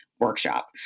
workshop